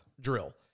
drill